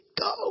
go